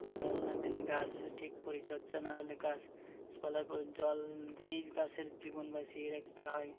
জল না দিলে গাছ ঠিক পরিচর্যা না হলে গাছ পরে জল দিয়েই গাছের জীবন বাঁচিয়ে রখতে হয়